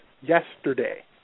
Yesterday